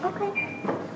Okay